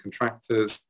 contractors